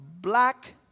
black